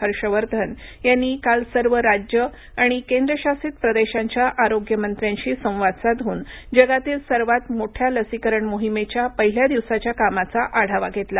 हर्षवर्धन यांनी काल सर्व राज्य आणि केंद्रशासित प्रदेशांच्या आरोग्य मंत्र्यांशी संवाद साधून जगातील सर्वात मोठ्या लसीकरण मोहिमेच्या पहिल्या दिवसाच्या कामाचा आढावा घेतला